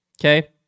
okay